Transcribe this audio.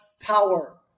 power